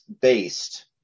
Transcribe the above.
based